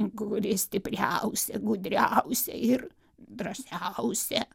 kuri stipriausia gudriausia ir drąsiausia